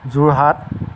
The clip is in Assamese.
যোৰহাট